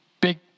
big